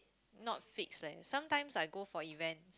not fixed leh sometimes I go for event